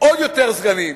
עוד יותר סגנים.